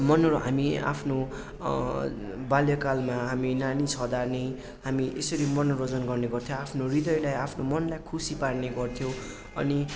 मनो हामी आफ्नो बाल्यकालमा हामी नानी छँदा नै हामी यसरी मनोरञ्जन गर्ने गर्थ्यौँ आफ्नो हृदयलाई आफ्नो मनलाई खुसी पार्ने गर्थ्यौँ अनि